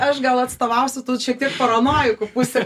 aš gal atstovausiu tų šiek tiek paranojikų pusę